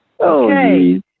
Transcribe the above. Okay